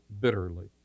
bitterly